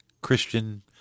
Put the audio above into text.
Christian